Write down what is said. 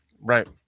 Right